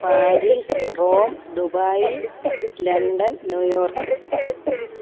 Paris Rome Dubai London New York